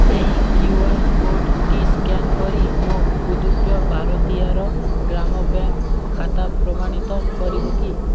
ଏହି Q R କୋଡ଼୍ଟି scan କରି ମୋ ପୁଦୁବୈ ଭାରତୀୟାର ଗ୍ରାମ୍ୟ ବ୍ୟାଙ୍କ୍ ଖାତା ପ୍ରମାଣିତ କରିବ କି